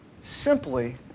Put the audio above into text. simply